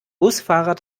busfahrer